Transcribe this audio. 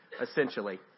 essentially